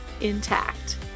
intact